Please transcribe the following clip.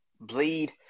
Bleed